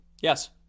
yes